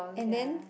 and then